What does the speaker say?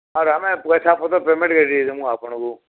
ଆର୍ ଆମେ ପଏସା ପତର୍ ପେମେଣ୍ଟ୍କେ ଦେଇଦେମୁଁ ଆପଣଙ୍କୁ